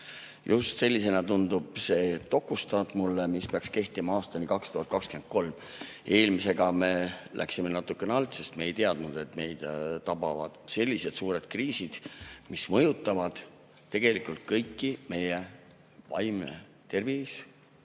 […]"Just sellisena tundub mulle see dokustaat, mis peaks kehtima aastani [2030]. Eelmisega me läksime natukene alt, sest me ei teadnud, et meid tabavad sellised suured kriisid, mis mõjutavad tegelikult meid kõiki, meie vaimset tervist